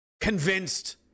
Convinced